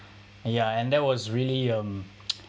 ya and that was really um